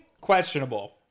questionable